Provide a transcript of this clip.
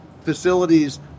facilities